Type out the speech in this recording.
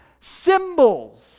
symbols